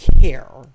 care